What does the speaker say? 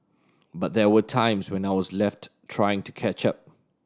but there were times when I was left trying to catch up